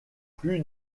plus